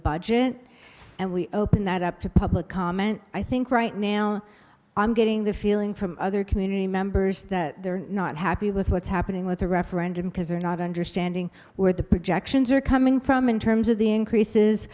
budget and we open that up to public comment i think right now i'm getting the feeling from other community members that they're not happy with what's happening with the referendum because they're not understanding where the projections are coming from in terms of the increases